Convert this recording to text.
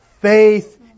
faith